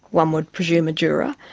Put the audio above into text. one would presume a juror,